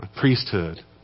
priesthood